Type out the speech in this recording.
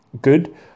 good